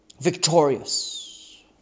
Victorious